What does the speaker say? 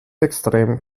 extrem